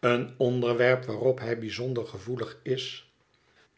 een onderwerp waarop hij bijzonder gevoelig is